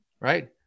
right